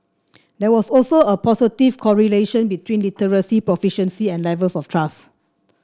there was also a positive correlation between literacy proficiency and levels of trust